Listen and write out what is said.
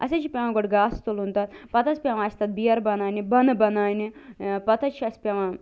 اسہِ حظ چھُ پیٚوان گۄڈٕ گاسہٕ تُلُن تتھ پتہٕ حظ پیٚوان اسہِ تتھ بیرٕ بناونہِ بَنہٕ بناونہِ ٲں پتہٕ حظ چھِ اسہِ پیٚوان